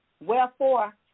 Wherefore